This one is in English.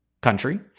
country